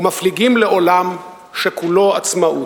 ומפליגים לעולם שכולו עצמאות.